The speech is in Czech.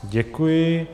Děkuji.